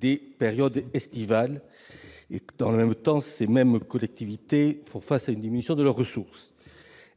des périodes estivales. Dans le même temps, ces mêmes collectivités font face à une diminution de leurs ressources.